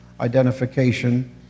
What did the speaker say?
identification